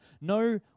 no